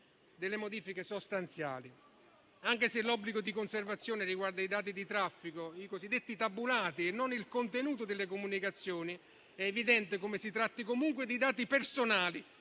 di modifiche sostanziali. Nonostante l'obbligo di conservazione riguardi i dati di traffico (i cosiddetti tabulati) e non il contenuto delle comunicazioni, è evidente come si tratti comunque di dati personali,